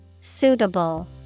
Suitable